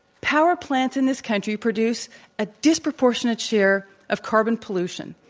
power plants in this country produce a disproportionate share of carbon pollution,